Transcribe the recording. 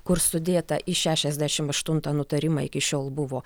kur sudėta į šešiasdešimt aštuntą nutarimą iki šiol buvo